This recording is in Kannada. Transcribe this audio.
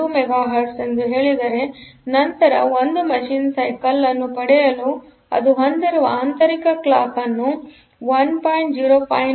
0592 ಮೆಗಾ ಹರ್ಟ್ಜ್ ಎಂದು ಹೇಳಿದರೆನಂತರ ಒಂದು ಮಷೀನ್ ಸೈಕಲ್ಒಂದು ಪಡೆಯಲು ಅದು ಹೊಂದಿರುವ ಆಂತರಿಕ ಕ್ಲಾಕ್ ವನ್ನು 11